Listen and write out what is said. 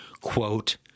Quote